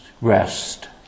rest